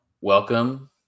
Welcome